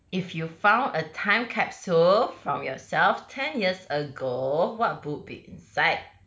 if you found a time capsule from yourself ten years ago what would be inside